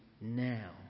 now